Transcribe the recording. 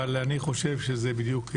אבל אני חושב שזה בדיוק ההפך.